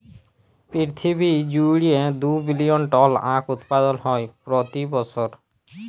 পিরথিবী জুইড়ে দু বিলিয়ল টল আঁখ উৎপাদল হ্যয় প্রতি বসর